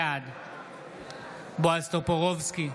בעד בועז טופורובסקי,